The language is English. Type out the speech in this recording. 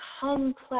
complex